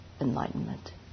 enlightenment